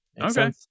okay